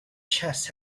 chest